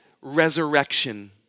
resurrection